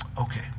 Okay